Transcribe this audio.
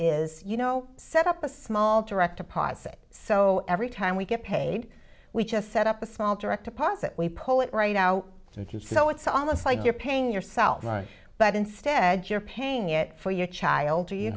is you know set up a small direct deposit so every time we get paid we just set up a small direct deposit we pull it right now so if you so it's almost like you're paying yourself but instead you're paying it for your child to your